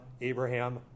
Abraham